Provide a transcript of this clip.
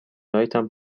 لایتم